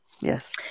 yes